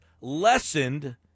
lessened